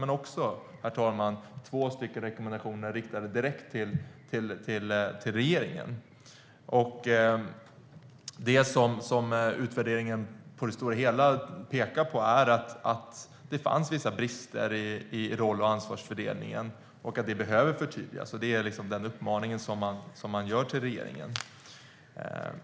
Det finns också två rekommendationer, herr talman, riktade direkt till regeringen. Det som utvärderingen visar är att det i det stora hela fanns vissa brister i roll och ansvarsfördelningen och att dessa behöver förtydligas. Det är den uppmaning som man gör till regeringen.